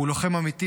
הוא לוחם אמיתי.